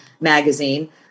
magazine